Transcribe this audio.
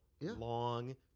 long